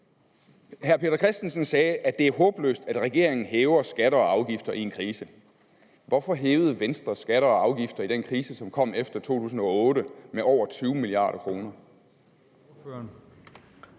Hr. Peter Christensen sagde, at det er håbløst, at regeringen hæver skatter og afgifter i en krise, men hvorfor hævede Venstre skatter og afgifter i den krise, som kom efter 2008, med over 20 mia. kr.?